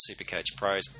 Supercoachpros